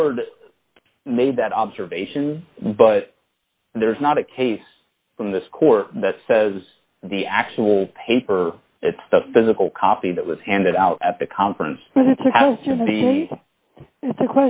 board made that observation but there's not a case from this court that says the actual paper it's the physical copy that was handed out at the conference but it's